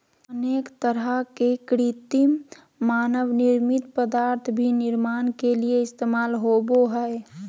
अनेक तरह के कृत्रिम मानव निर्मित पदार्थ भी निर्माण के लिये इस्तेमाल होबो हइ